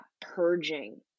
purging